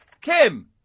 Kim